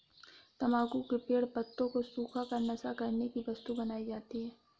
तम्बाकू के पेड़ पत्तों को सुखा कर नशा करने की वस्तु बनाई जाती है